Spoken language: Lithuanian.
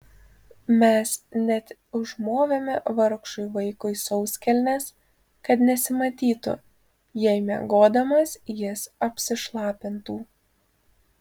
mes net užmovėme vargšui vaikui sauskelnes kad nesimatytų jei miegodamas jis apsišlapintų